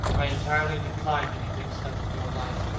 i entirely decline to be mixed up in your life.